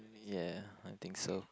yeah I think so